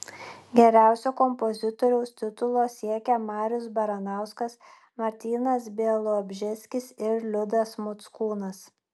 geriausio kompozitoriaus titulo siekia marius baranauskas martynas bialobžeskis ir liudas mockūnas